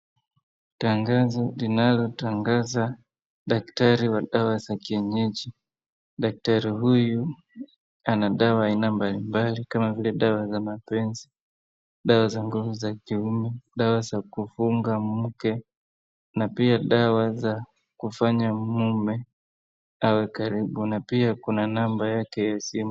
Tangazo linalotangaza daktari wa dawa za kienyeji. Daktari huyu ana dawa aina mbalimbali kama vile: dawa za mapenzi, dawa za nguvu za kiume, dawa za kufunga mke, na pia dawa za kufanya mme awe karibu na pia kuna namba yake ya simu.